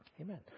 Amen